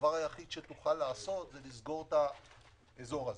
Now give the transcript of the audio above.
הדבר היחיד שתוכל לעשות - לסגור את האזור הזה.